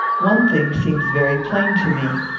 one thing seems very plain to me.